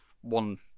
one